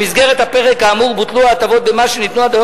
במסגרת הפרק האמור בוטלו ההטבות במס שניתנו עד היום